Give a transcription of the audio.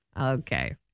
Okay